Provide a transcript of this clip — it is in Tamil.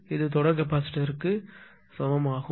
இது தொடர் கெப்பாசிட்டர்க்கு ஆகும்